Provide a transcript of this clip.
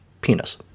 penis